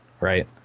right